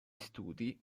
studi